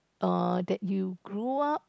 err that you grew up